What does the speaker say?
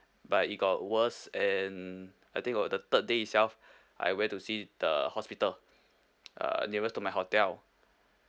but it got worse and I think on the third day itself I went to see the hospital uh nearest to my hotel